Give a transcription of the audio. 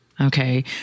okay